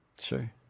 Sure